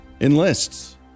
enlists